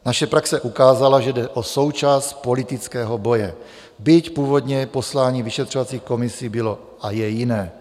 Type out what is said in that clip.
Naše praxe ukázala, že jde o součást politického boje, byť původně poslání vyšetřovacích komisí bylo a je jiné.